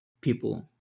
people